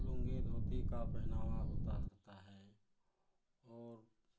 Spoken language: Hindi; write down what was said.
लूँगी धोती का पहनावा होता रहता है और